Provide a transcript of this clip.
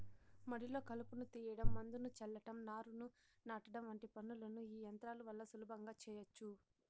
మడిలో కలుపును తీయడం, మందును చల్లటం, నారును నాటడం వంటి పనులను ఈ యంత్రాల వల్ల సులభంగా చేయచ్చు